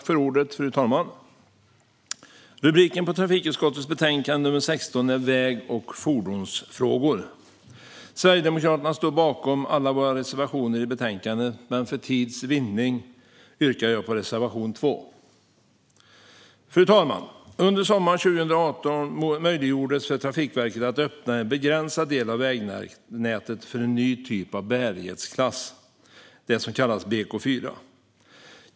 Fru talman! Rubriken på trafikutskottets betänkande 16 är Väg och fordonsfrågor . Sverigedemokraterna står bakom alla våra reservationer i betänkandet, men för tids vinnande yrkar jag endast på reservation 2. Fru talman! Under sommaren 2018 möjliggjordes för Trafikverket att öppna en begränsad del av vägnätet för en ny typ av bärighetsklass, det som kallas BK4.